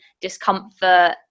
discomfort